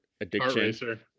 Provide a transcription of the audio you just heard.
addiction